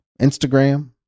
Instagram